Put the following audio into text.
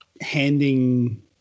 handing